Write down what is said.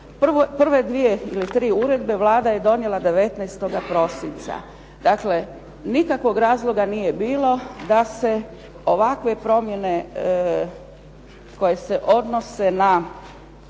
Prve dvije ili tri uredbe Vlada je donijela 19. prosinca. Dakle, nikakvog razloga nije bilo da se ovakve promjene koje se odnose na